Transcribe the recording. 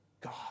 God